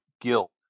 guilt